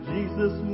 Jesus